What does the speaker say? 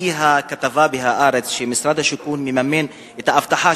לפי כתבה ב"הארץ" שמשרד השיכון מממן את האבטחה,